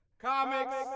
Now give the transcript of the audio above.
Comics